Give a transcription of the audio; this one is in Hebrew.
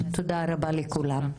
תודה רבה לכולם,